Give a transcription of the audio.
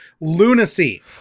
lunacy